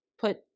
put